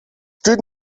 tut